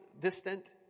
distant